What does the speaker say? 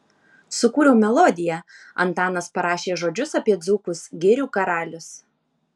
sukūriau melodiją antanas parašė žodžius apie dzūkus girių karalius